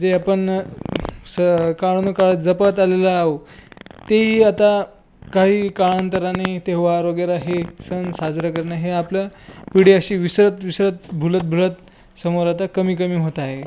जे आपण स काळा न काळात जपत आलेलो आहो तेही आता काही कालांतराने त्योहार वगैरे हे सण साजरं करणं हे आपलं पिढी अशी विसरत विसरत भुलत भुलत समोर आता कमी कमी होत आहे